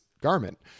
garment